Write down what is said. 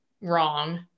wrong